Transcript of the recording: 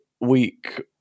week